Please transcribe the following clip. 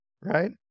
right